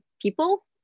people